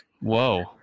Whoa